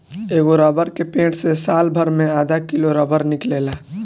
एगो रबर के पेड़ से सालभर मे आधा किलो रबर निकलेला